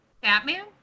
Batman